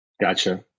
Gotcha